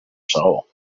saó